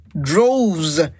droves